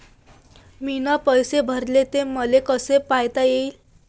मीन पैसे भरले, ते मले कसे पायता येईन?